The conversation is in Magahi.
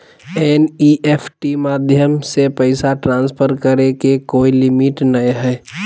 एन.ई.एफ.टी माध्यम से पैसा ट्रांसफर करे के कोय लिमिट नय हय